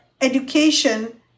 education